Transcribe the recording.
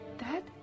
dad